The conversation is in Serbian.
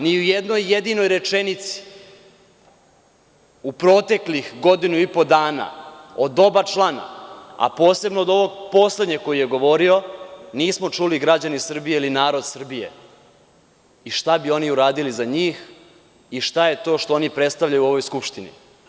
Ni u jednoj jedinoj rečenici u proteklih godinu i po dana od oba člana, a posebno od ovog poslednjeg koji je govorio, nismo čuli – građani Srbije ili narod Srbije i šta bi oni uradili za njih i šta je to što oni predstavljaju u ovoj Skupštini.